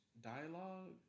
dialogue